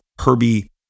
Herbie